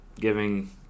giving